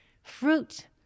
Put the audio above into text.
fruit